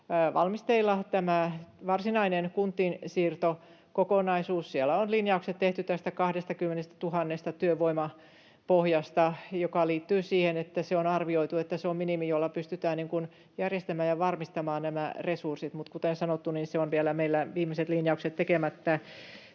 valmisteilla. Siellä on linjaukset tehty tästä 20 000:n työvoimapohjasta, joka liittyy siihen, että on arvioitu, että se on minimi, jolla pystytään järjestämään ja varmistamaan nämä resurssit. Mutta kuten sanottu, meillä on vielä viimeiset linjaukset tekemättä